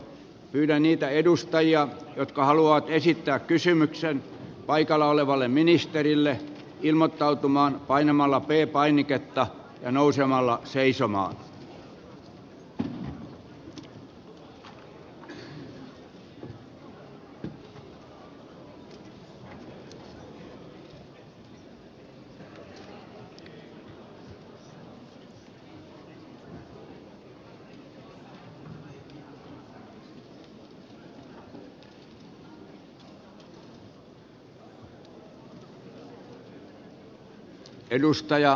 pyydän niitä edustajia jotka haluavat esittää kysymyksen paikalla olevalle ministerille ilmoittautumaan painamalla p painiketta ja nousemalla seisomaan